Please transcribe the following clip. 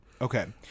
Okay